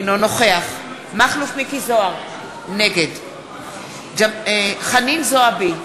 אינו נוכח מכלוף מיקי זוהר, נגד חנין זועבי,